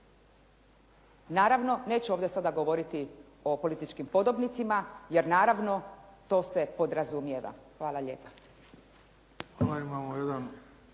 naravno neću ovdje sada govoriti o političkim podobnicima, jer naravno to se podrazumijeva. Hvala lijepa.